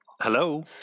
hello